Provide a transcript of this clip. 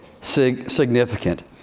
significant